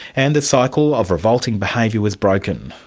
and a cycle of revolting behaviour was broken.